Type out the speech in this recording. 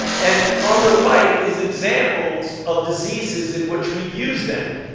and on the right is examples of diseases in which we've used them.